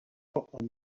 amb